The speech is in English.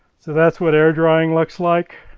so that's what air drying looks like.